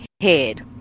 head